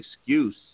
excuse